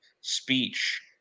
speech